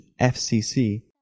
FCC